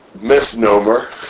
misnomer